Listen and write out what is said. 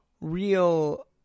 real